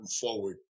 forward